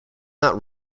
not